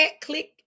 click